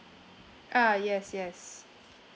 ah yes yes